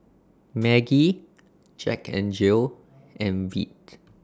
Maggi Jack N Jill and Veet